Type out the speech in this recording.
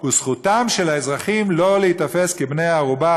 וזכותם של האזרחים לא להיתפס כבני-ערובה,